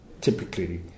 typically